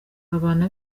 babana